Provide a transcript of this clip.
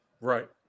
Right